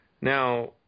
now